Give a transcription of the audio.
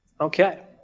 Okay